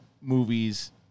movies